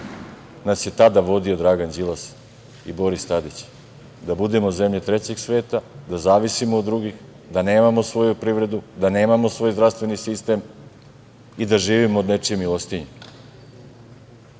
nas je tada vodio Dragan Đilas i Boris Tadić, da budemo zemlja trećeg sveta, da zavisimo od drugih, da nemamo svoju privredu, da nemamo svoj zdravstveni sistem i da živimo od dečije milostinje. Danas